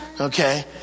Okay